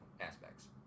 aspects